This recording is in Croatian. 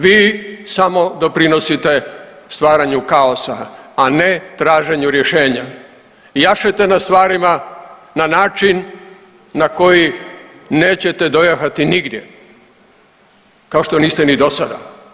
Vi samo doprinosite stvaranju kaosa, a ne traženju rješenja, jašete na stvarima na način na koji nećete dojahati nigdje kao što niste ni do sada.